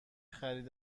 خرید